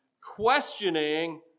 questioning